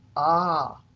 ah,